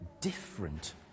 different